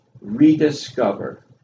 rediscover